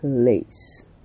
place